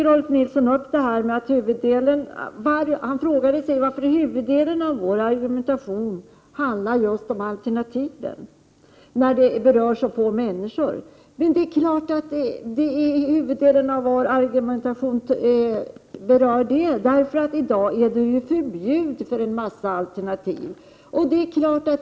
Rolf Nilson frågade varför huvuddelen av vår argumentation handlar om just alternativen, eftersom så få människor berörs. Det är klart att huvuddelen av vår argumentation berör detta. I dag är ju en mängd alternativ förbjudna.